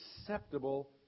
acceptable